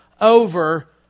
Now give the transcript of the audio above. over